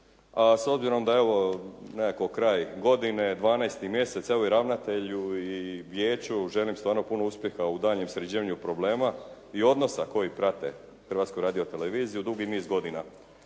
a s obzirom da je ovo nekako kraj godine, 12. mjesec, evo i ravnatelju i vijeću želim stvarno puno uspjeha u daljnjem sređivanju problema i odnosa koji prate Hrvatsku radioteleviziju dugi niz godina,